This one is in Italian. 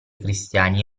cristiani